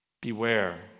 Beware